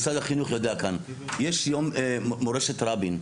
משרד החינוך יודע כאן, יש מורשת רבין.